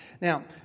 Now